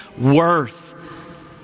worth